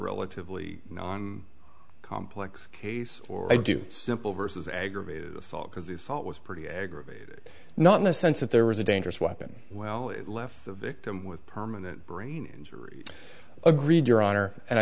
relatively complex case or i do simple versus aggravated assault because the assault was pretty aggravated not in the sense that there was a dangerous weapon well it left the victim with permanent brain injury agreed your honor and i